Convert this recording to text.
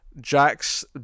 Jack's